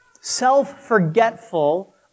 self-forgetful